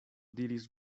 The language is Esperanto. diris